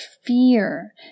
fear